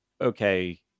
okay